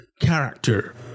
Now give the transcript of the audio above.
character